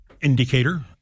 indicator